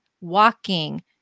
walking